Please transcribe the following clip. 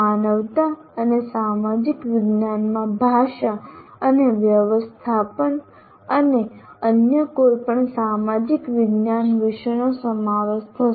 માનવતા અને સામાજિક વિજ્ઞાનમાં ભાષા અને વ્યવસ્થાપન અને અન્ય કોઈપણ સામાજિક વિજ્ઞાન વિષયનો સમાવેશ થશે